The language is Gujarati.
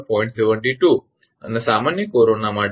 72 અને સામાન્ય કોરોના માટે 0